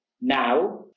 now